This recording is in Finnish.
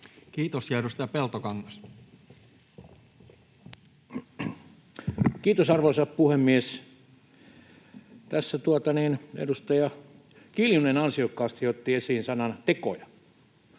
Time: 17:14 Content: Kiitos, arvoisa puhemies! Tässä edustaja Kiljunen ansiokkaasti otti esiin sanan ”tekoja”.